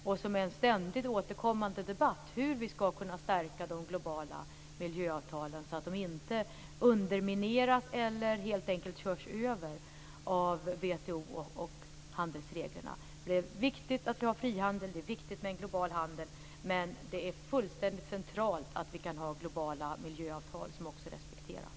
Det är en ständigt återkommande debatt hur vi skall kunna stärka de globala miljöavtalen så att de inte undermineras eller helt enkelt körs över att WTO och handelsreglerna. Det är viktigt att vi har frihandel och global handel. Det är fullständigt centralt att vi kan ha globala miljöavtal som också respekteras.